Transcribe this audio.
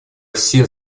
все